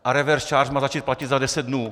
A reverse charge má začít platit za deset dnů.